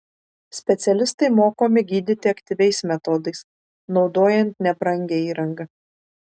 specialistai mokomi gydyti aktyviais metodais naudojant nebrangią įrangą